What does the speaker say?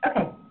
Okay